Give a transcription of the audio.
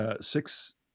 six